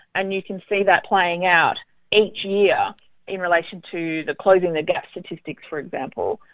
and you can see that playing out each year in relation to the closing the gap statistics for example.